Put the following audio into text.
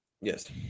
Yes